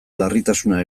larritasuna